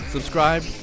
Subscribe